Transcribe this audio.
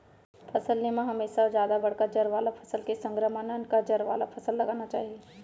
फसल ले म हमेसा जादा बड़का जर वाला फसल के संघरा म ननका जर वाला फसल लगाना चाही